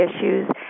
issues